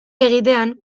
egitean